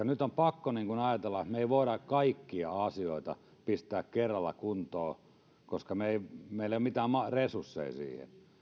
nyt on pakko ajatella että me emme voi kaikkia asioita pistää kerralla kuntoon koska meillä ei ole mitään resursseja siihen